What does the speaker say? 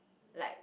like